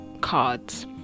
cards